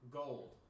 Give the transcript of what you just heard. gold